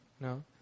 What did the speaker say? No